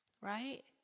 right